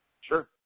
Sure